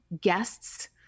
guests